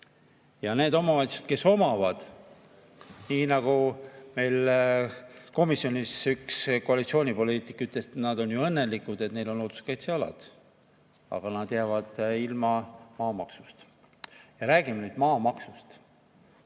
Ja need omavalitsused, kes neid omavad – meil komisjonis üks koalitsioonipoliitik ütles, et nad on ju õnnelikud, et neil on looduskaitsealad. Aga nad jäävad ilma maamaksust. Ja räägime nüüd maamaksust.